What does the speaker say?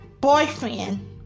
boyfriend